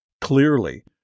Clearly